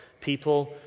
People